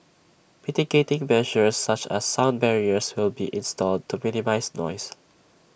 mitigating measures such as sound barriers will be installed to minimise noise